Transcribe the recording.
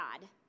God